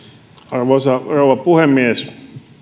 arvoisa rouva puhemies